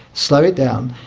slow it down,